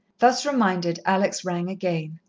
thus reminded, alex rang again.